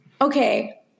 Okay